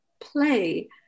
play